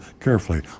Carefully